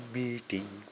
meeting